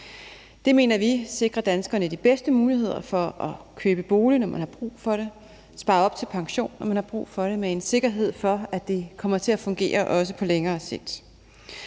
Det mener vi sikrer danskerne de bedste muligheder for at købe bolig, når man har brug for det, og spare op til pension, når man har brug for det, med en sikkerhed for, at det kommer til at fungere også på længere sigt.